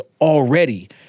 already